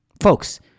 Folks